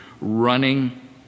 running